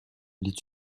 les